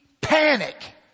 panic